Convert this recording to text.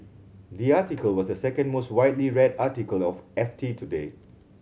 the article was the second most widely red article of F T today